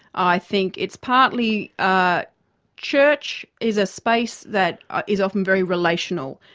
i think it's partly, ah church is a space that is often very relational.